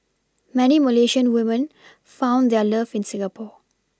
many Malaysian women found their love in Singapore